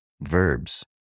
verbs